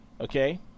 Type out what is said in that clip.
Okay